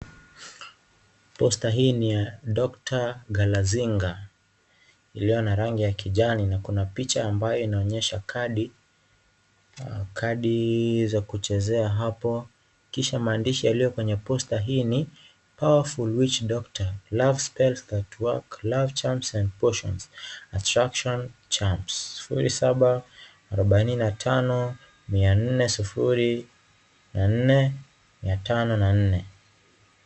Posta hii ni ya dokta Galazinga iliyo na rangi ya kijani na kuna picha ambayo inayoonyesha kadi kadi za kuchezea hapo kisha maandishi yaliyo kwenye posta hii ni powerful witch doctor love spells that work love charms and potions attraction charms sufuri saba arubaini na tano mia nne sufuri na nne mia tano na nne.